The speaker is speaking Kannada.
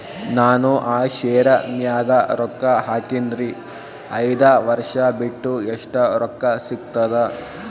ನಾನು ಆ ಶೇರ ನ್ಯಾಗ ರೊಕ್ಕ ಹಾಕಿನ್ರಿ, ಐದ ವರ್ಷ ಬಿಟ್ಟು ಎಷ್ಟ ರೊಕ್ಕ ಸಿಗ್ತದ?